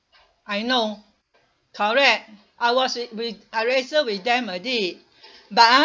I know correct I was with I register with them already but